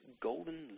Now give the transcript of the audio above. golden